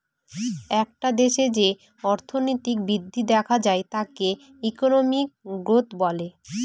একটা দেশে যে অর্থনৈতিক বৃদ্ধি দেখা যায় তাকে ইকোনমিক গ্রোথ বলে